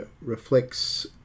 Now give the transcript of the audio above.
reflects